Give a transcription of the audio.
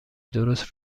درست